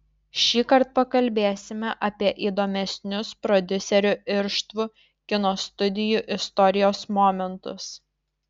šįkart pakalbėsime apie įdomesnius prodiuserių irštvų kino studijų istorijos momentus